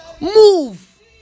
Move